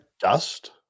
Dust